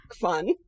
Fun